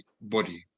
body